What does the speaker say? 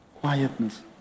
Quietness